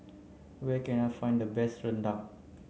where can I find the best Rendang